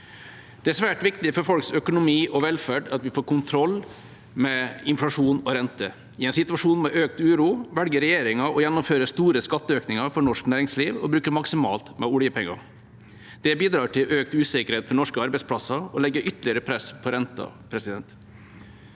Det er svært viktig for folks økonomi og velferd at vi får kontroll på inflasjon og rente. I en situasjon med økt uro velger regjeringa å gjennomføre store skatteøkninger for norsk næringsliv og bruke maksimalt med oljepenger. Det bidrar til økt usikkerhet for norske arbeidsplasser og legger ytterligere press på renta. Høyre